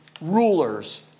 rulers